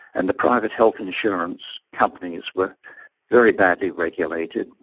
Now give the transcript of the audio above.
and the private health insurance companies were very badly regulated.